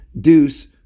deuce